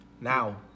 now